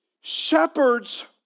shepherds